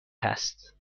هست